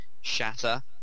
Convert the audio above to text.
Shatter